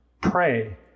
Pray